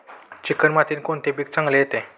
Chicken मातीत कोणते पीक चांगले येते?